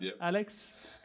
Alex